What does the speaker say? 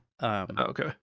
Okay